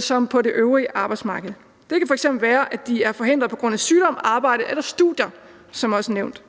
som på det øvrige arbejdsmarked. Det kan f.eks. være, at de er forhindret på grund af sygdom, arbejde eller studier, som det også er blevet